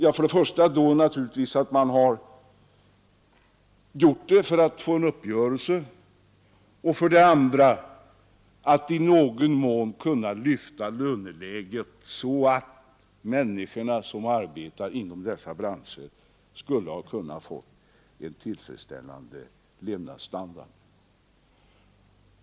Man har naturligtvis gjort det för det första för att få en uppgörelse och för det andra för att i någon mån kunna lyfta löneläget så att de människor som arbetar inom dessa branscher skulle få en tillfredsställande levnadsstandard.